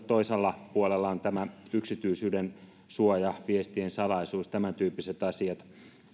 toisella puolella on myös sitten yksityisyydensuoja viestien salaisuus tämäntyyppiset asiat